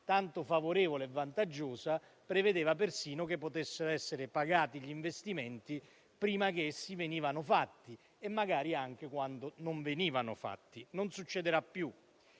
tanto favorevole e vantaggiosa, prevedeva persino che potessero essere pagati gli investimenti prima che essi venissero fatti e magari anche quando non venivano fatti. Non succederà più.